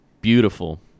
beautiful